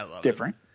different